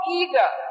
eager